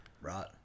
right